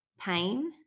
pain